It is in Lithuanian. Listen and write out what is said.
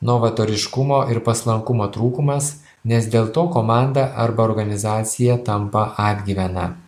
novatoriškumo ir paslankumo trūkumas nes dėl to komanda arba organizacija tampa atgyvena